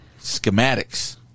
schematics